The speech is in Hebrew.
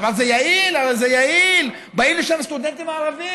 אבל זה יעיל, באים לשם סטודנטים ערבים.